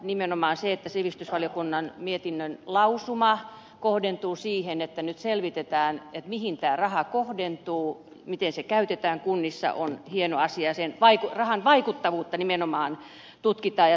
nimenomaan sivistysvaliokunnan mietinnön lausuma joka kohdentuu siihen että nyt selvitetään mihin tämä raha kohdentuu miten se käytetään kunnissa on hieno asia ja sen rahan vaikuttavuutta nimenomaan tutkitaan ja seurataan